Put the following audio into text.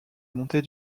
montée